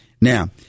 Now